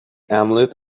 hamlet